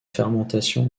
fermentation